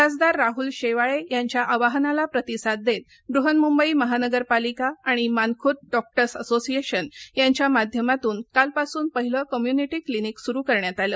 खासदार राहुल शेवाळे यांच्या आवाहनाला प्रतिसाद देत बृहन्मुंबई महानगरपालिका आणि मानखुर्द डॉक्टर्स असोसिएशन यांच्या माध्यमातून काल पासून पहिलं कम्युनिटी क्लिनिक सुरू करण्यात आलं